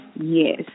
Yes